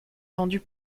vendus